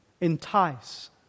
entice